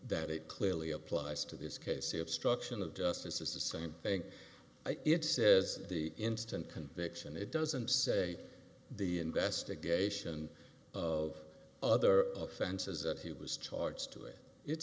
that it clearly applies to this case the obstruction of justice is the same thing it says the instant conviction it doesn't say the investigation of other offenses that he was charged